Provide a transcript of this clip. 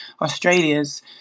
Australia's